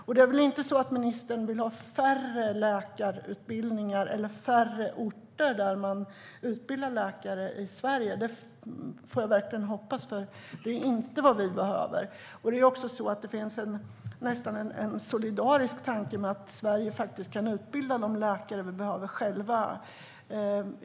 För det är väl inte så att ministern vill ha färre läkarutbildningar eller färre orter där man utbildar läkare i Sverige? Det får jag verkligen hoppas, för det är inte vad vi behöver. Det finns också nästan en solidarisk tanke med att vi i Sverige själva kan utbilda de läkare vi behöver.